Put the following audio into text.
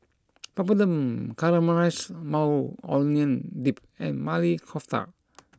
Papadum Caramelized Maui Onion Dip and Maili Kofta